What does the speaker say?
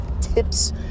Tips